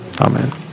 Amen